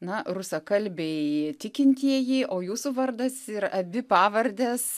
na rusakalbiai tikintieji o jūsų vardas ir abi pavardės